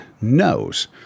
knows